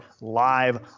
live